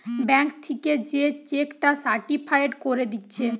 bank থিকে যে cheque টা সার্টিফায়েড কোরে দিচ্ছে